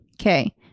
Okay